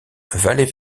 vallée